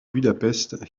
budapest